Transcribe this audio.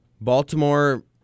Baltimore